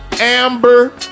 Amber